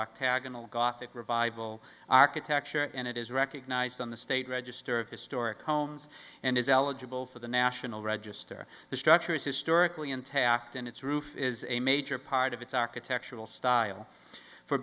octagonal gothic revival architecture and it is recognised on the state register of historic homes and is eligible for the national register the structures historically intact and its roof is a major part of its architectural style for